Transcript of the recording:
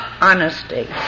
honesty